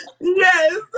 Yes